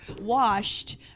washed